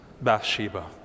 Bathsheba